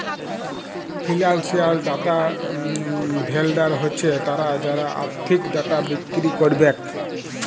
financial data vendor হছে তারা যারা আথ্থিক ডাটা বিক্কিরি ক্যারবেক